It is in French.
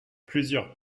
plusieurs